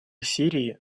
сирии